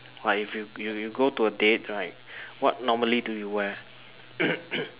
like if you you you go to a date right what normally do you wear